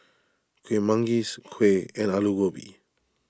Kueh Manggis Kuih and Aloo Gobi